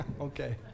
Okay